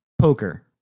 poker